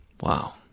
Wow